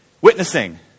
Witnessing